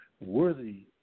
worthy